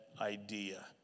idea